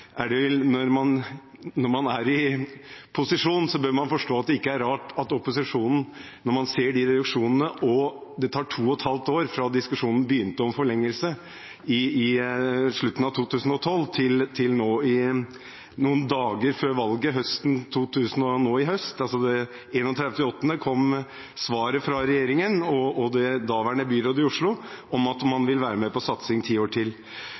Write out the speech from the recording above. når man er i posisjon, forstå opposisjonen, når man ser disse reduksjonene og det tar 2,5 år fra diskusjonen begynte om forlengelse, fra slutten av 2012 til noen dager før valget nå i høst. 31. august kom svaret fra regjeringen og det daværende byrådet i Oslo om at man ville være med på satsing i ti år til.